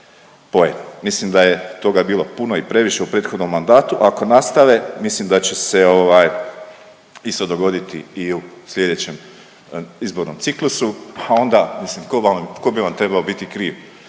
Mislim da je toga bilo puno i previše u prethodnom mandatu, ako nastave, mislim da će se ovaj isto dogoditi i u sljedećem izbornom ciklusu, a onda, mislim, tko bi vam trebao biti kriv?